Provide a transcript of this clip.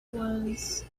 was